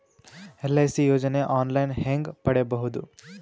LIC ಯೋಜನೆ online ಹೇಂಗ ಪಡಿಬಹುದು?